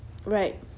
right